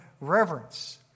reverence